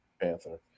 Panther